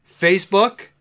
Facebook